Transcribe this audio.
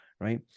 right